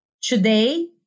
today